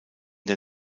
der